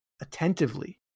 attentively